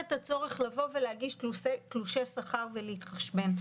את הצורך לבוא ולהגיש תלושי שכר ולהתחשבן.